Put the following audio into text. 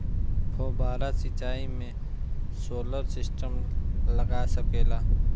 फौबारा सिचाई मै सोलर सिस्टम लाग सकेला?